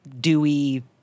dewy